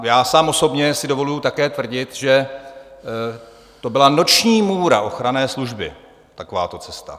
Já sám osobně si dovoluji také tvrdit, že to byla noční můra ochranné služby, takováto cesta.